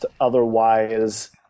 otherwise